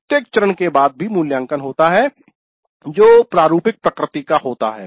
प्रत्येक चरण के बाद भी मूल्यांकन होता है जो प्रारूपिक प्रकृति का होता है